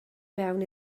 mewn